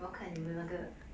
我要看有没有那个